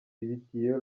ibitiyo